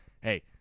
hey